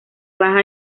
baja